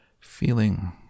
Feeling